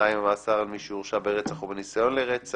על-תנאי ממאסר על מי שהורשע ברצח או בניסיון לרצח.